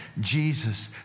Jesus